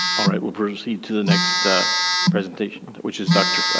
alright, we'll proceed to the next presentation, which is dr.